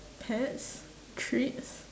pets treats